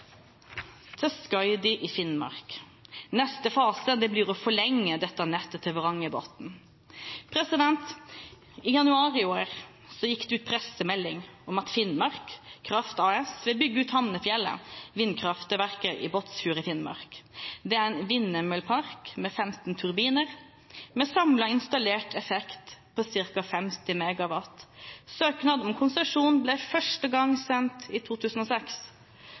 til Skaidi i Finnmark. Neste fase blir å forlenge dette nettet til Varangerbotn. I januar i år gikk det ut pressemelding om at Finnmark Kraft AS vil bygge ut Hamnefjellet vindkraftverk i Båtsfjord i Finnmark. Det er en vindmøllepark med 15 turbiner med samlet installert effekt på ca. 50 MW. Søknad om konsesjon ble første gang sendt i 2006.